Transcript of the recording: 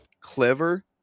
Clever